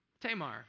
Tamar